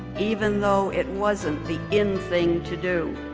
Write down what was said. even though it wasn't the in thing to do.